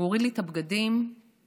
הוא הוריד לי את הבגדים ובסוף